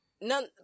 none